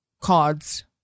cards